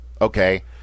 Okay